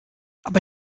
aber